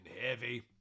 heavy